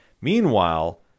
Meanwhile